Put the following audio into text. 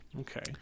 Okay